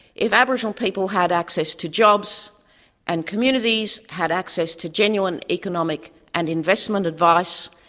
if aboriginal people had access to jobs and communities, had access to genuine economic and investment advice,